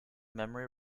memory